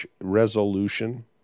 resolution